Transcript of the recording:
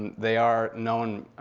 they are known,